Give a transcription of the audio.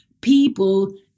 people